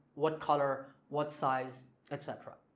what color? what size etc.